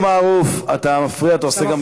אבו מערוף, אתה מפריע, אתה גם עם הגב.